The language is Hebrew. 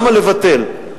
למה לבטל?